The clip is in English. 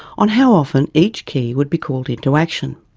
on how often each key would be called into action.